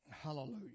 hallelujah